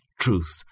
truth